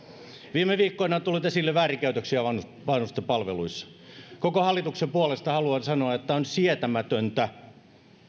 viime viikkoina on tullut esille väärinkäytöksiä vanhusten palveluissa koko hallituksen puolesta haluan sanoa että on sietämätöntä